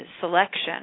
selection